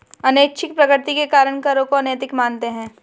अनैच्छिक प्रकृति के कारण करों को अनैतिक मानते हैं